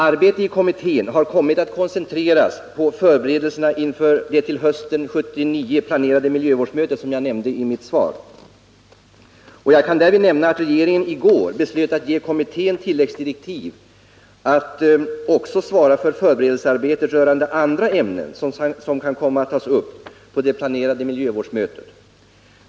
Arbetet i kommittén har kommit att koncentreras på förberedelserna inför det till hösten 1979 planerade miljövårdsmötet, som jag nämnde i mitt svar. Jag kan därvid säga att regeringen i går beslöt att ge kommittén tilläggsdirektiv att också svara för förberedelsearbete rörande andra ämnen, som kan komma att tas upp på det planerade miljövårdsmötet.